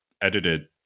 edited